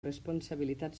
responsabilitat